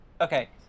okay